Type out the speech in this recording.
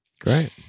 Great